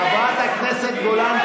חברת הכנסת גולן,